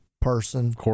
person